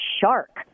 shark